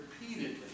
repeatedly